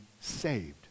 saved